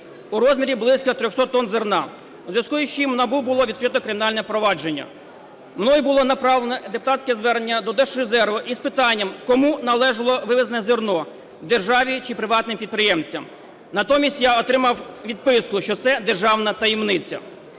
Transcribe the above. у розмірі близько 300 тонн зерна. У зв'язку з чим в НАБУ було відкрито кримінальне провадження. Мною було направлено депутатське звернення до Держрезерву з питанням: кому належало вивезене зерно – державі чи приватним підприємцям. Натомість я отримав відписку, що це державна таємниця.